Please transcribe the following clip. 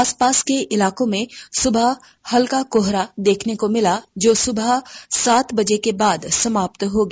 आसपास के इलाके में सुबह हल्का कोहरा देखने को मिला जो सुबह सात बजे के बाद समाप्त हो गया